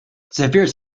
severe